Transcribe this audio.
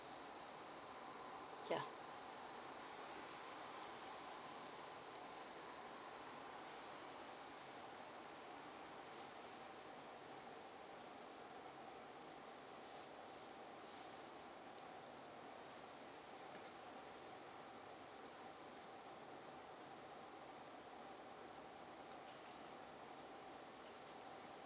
yeah